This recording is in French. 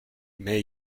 mais